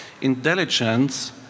Intelligence